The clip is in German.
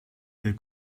der